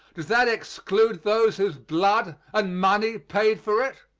does that exclude those whose blood and money paid for it?